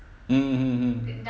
mm mm mm